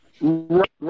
right